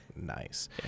Nice